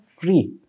free